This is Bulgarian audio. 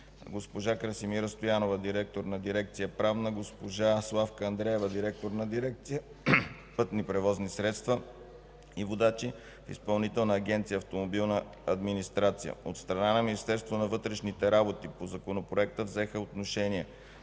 госпожа Красимира Стоянова – директор на дирекция „Правна”; госпожа Славка Андреева – директор на дирекция „Пътни превозни средства и водачи” в Изпълнителна агенция „Автомобилна администрация”. От страна на Министерството на вътрешните работи по Законопроекта взеха отношение